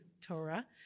Torah